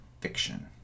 fiction